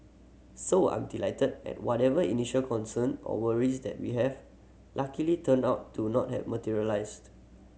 so I'm delighted and whatever initial concern or worries that we have luckily turned out to not have materialised